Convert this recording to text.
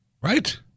Right